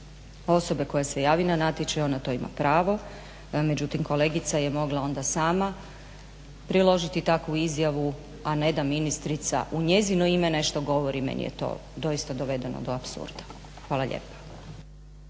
osobe koja se javi na natječaj. Ona to ima pravo no međutim kolegica je mogla sama priložiti takvu izjavu a ne da ministrica u njezino ime nešto govori, meni je to doista dovedeno do apsurda. Hvala lijepa.